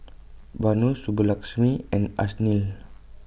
Vanu Subbulakshmi and Ashnil